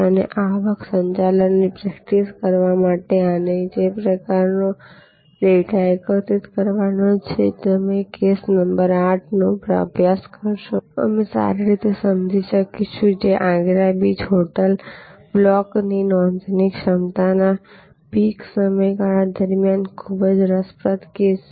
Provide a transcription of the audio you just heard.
અને આવક સંચાલનની પ્રેક્ટિસ કરવા માટે આને જે પ્રકારનો ડેટા એકત્રિત કરવાનો છે જો તમે કેસ નંબર 8નો અભ્યાસ કરશો તો અમે સારી રીતે સમજી શકીશું જે આગ્રા બીચ હોટેલ બ્લોક નોંધની ક્ષમતાના પીક સમયગાળા દરમિયાન ખૂબ જ રસપ્રદ કેસ છે